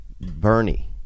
Bernie